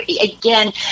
again